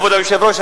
כבוד היושב-ראש,